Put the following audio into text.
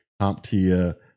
CompTIA